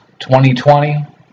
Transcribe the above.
2020